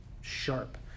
sharp